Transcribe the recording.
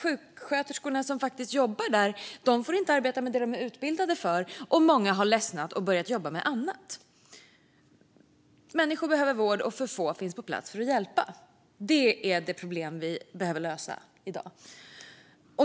Sjuksköterskorna som faktiskt jobbar där får nämligen inte jobba med det de är utbildade för, och många har ledsnat och börjat jobba med annat. Människor behöver vård, och för få finns på plats för att hjälpa. Det är det problemet som vi behöver lösa i dag.